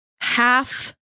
half